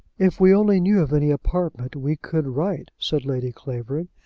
if we only knew of any apartments, we could write, said lady clavering.